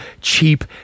cheap